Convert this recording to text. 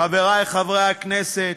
חברי חברי הכנסת,